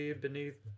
beneath